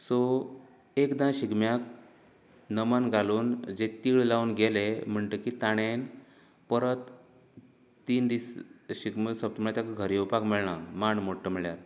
so एकदां शिगम्याक नमन घालून जे तीळ लावन गेले म्हणटगीर ताणेंन परत तीन दीस शिगमो सोप तेका घरां येवपाक मेळना मांड मोडटा म्हळ्यार